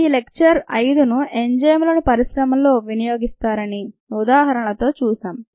ఈ లెక్చర్ 5ను ఎంజైమ్లను పరిశ్రమల్లో వినియోగిస్తారని ఉదాహరణలతో చూశాం